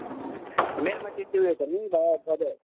मेरोमा त्यत्ति ऊ यो छैन नि त